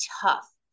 tough